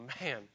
man